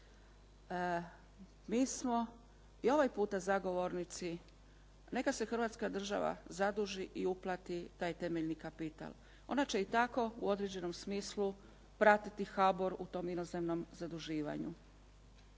mi smo i ovaj puta zagovornici, neka se Hrvatska država zaduži i uplati taj temeljni kapital. Ona će i tako u određenom smislu pratiti HBOR u tom inozemnom zaduživanju.